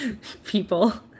people